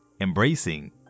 Embracing